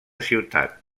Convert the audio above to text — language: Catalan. ciutat